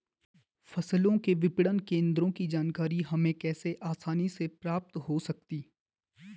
फसलों के विपणन केंद्रों की जानकारी हमें कैसे आसानी से प्राप्त हो सकती?